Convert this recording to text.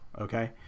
okay